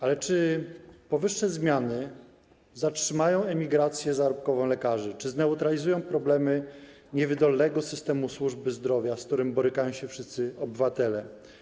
Ale czy powyższe zmiany zatrzymają emigrację zarobkową lekarzy, czy zneutralizują problemy niewydolnego systemu służby zdrowia, z którymi borykają się wszyscy obywatele?